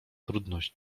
trudność